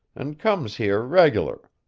and comes here reg'lar.